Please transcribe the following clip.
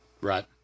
Right